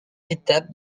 étape